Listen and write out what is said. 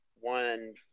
one